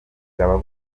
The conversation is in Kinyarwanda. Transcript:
bwaba